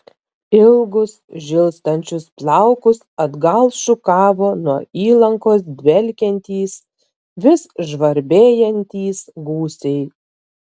ilgus žilstančius plaukus atgal šukavo nuo įlankos dvelkiantys vis žvarbėjantys gūsiai